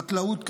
חקלאות קהילתית,